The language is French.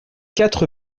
quatre